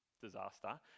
disaster